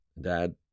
Dad